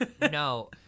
No